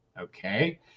okay